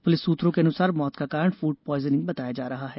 police सूत्रों के अनुसार मौत का कारण फूड पाइजनिंग बताया जा रहा है